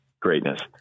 Greatness